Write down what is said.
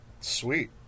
Sweet